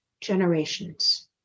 generations